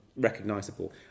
recognizable